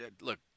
look